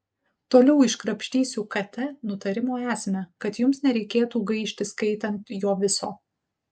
toliau iškrapštysiu kt nutarimo esmę kad jums nereikėtų gaišti skaitant jo viso